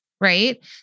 right